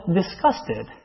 disgusted